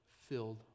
filled